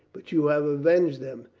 but you have avenged them.